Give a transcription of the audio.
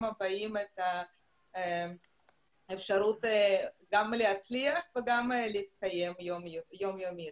הבאים את האפשרות להצליח וגם להתקיים ביום יום.